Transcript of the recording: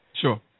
Sure